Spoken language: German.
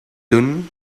dünn